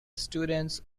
students